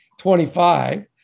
25